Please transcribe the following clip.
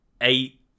eight